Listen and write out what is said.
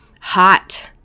hot